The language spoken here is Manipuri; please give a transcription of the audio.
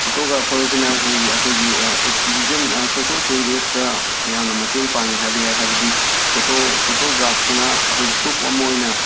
ꯐꯣꯇꯣꯒ꯭ꯔꯥꯐꯔꯁꯤꯅ ꯑꯩꯒꯤ ꯑꯩꯈꯣꯏꯒꯤ ꯑꯦꯛꯇꯤꯕꯤꯖꯝ ꯁꯣꯁꯦꯜ ꯆꯦꯟꯖꯦꯁꯇ ꯌꯥꯝꯅ ꯃꯇꯦꯡ ꯄꯥꯡꯏ ꯍꯥꯏꯕ ꯌꯥꯏ ꯍꯥꯏꯕꯗꯤ ꯐꯣꯇꯣ ꯐꯣꯇꯣꯒ꯭ꯔꯥꯞꯁꯤꯅ ꯑꯩꯈꯣꯏꯒꯤ ꯄ꯭ꯔꯨꯐ ꯑꯃ ꯑꯣꯏꯅ